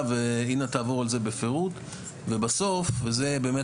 ואינה תעבור על זה בפירוט ובסוף וזה באמת,